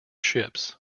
ships